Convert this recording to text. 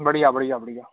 बढ़िया बढ़िया बढ़िया